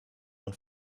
man